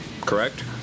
correct